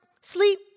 sleep